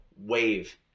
wave